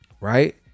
Right